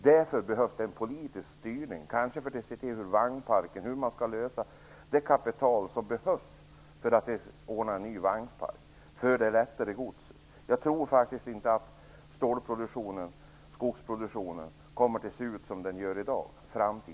Det behövs därför en politisk styrning bl.a. för att se till att man får det kapital som behövs för att skaffa en ny vagnpark för det lättare godset. Jag tror inte att stål och skogsproduktionen i framtiden kommer att se ut som i dag.